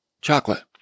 Chocolate